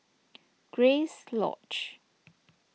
Grace Lodge